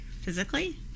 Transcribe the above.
physically